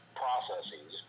processes